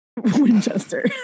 Winchester